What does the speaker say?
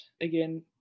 again